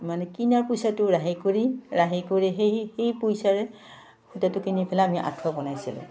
মানে কিনাৰ পইচাটো ৰাহি কৰি ৰাহি কৰি সেই সেই পইচাৰে সূতাটো কিনি পেলাই আমি আঁঠুৱা বনাইছিলোঁ